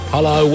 Hello